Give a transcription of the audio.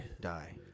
Die